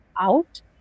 out